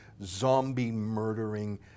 zombie-murdering